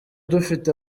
dufite